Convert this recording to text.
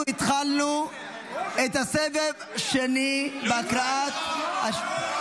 אנחנו התחלנו, התחלנו את הסבב השני בהקראת -- לא,